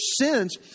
sins